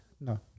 No